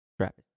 Travis